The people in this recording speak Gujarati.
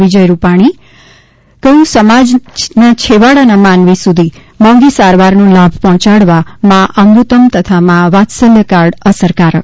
વિજય રૂપાણી કહ્યું સમાજના છેવાડાના માનવી સુધી મોંઘી સારવારનો લાભ પહોંચાડવા મા અમૃતમ તથા મા વાત્સલ્ય કાર્ડ અસરકારક